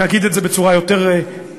אני אגיד את זה בצורה יותר פשוטה: